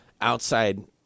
outside